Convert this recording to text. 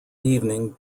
evening